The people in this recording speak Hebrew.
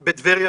בטבריה,